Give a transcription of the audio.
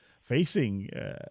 facing